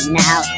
now